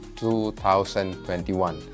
2021